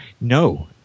No